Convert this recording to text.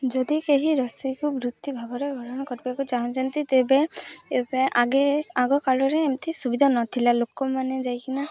ଯଦି କେହି ରୋଷେଇକୁ ବୃତ୍ତି ଭାବରେ ଭଜନ କରିବାକୁ ଚାହୁଁଛନ୍ତି ତେବେ ଏବେ ଆଗେ ଆଗକାଳରେ ଏମିତି ସୁବିଧା ନଥିଲା ଲୋକମାନେ ଯାଇକିନା